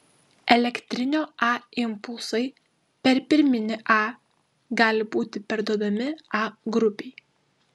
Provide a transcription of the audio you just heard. elektrinio a impulsai per pirminį a gali būti perduodami a grupei